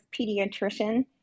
pediatrician